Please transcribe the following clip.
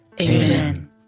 Amen